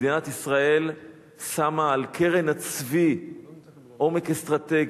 מדינת ישראל שמה על קרן הצבי עומק אסטרטגי,